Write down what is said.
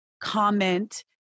comment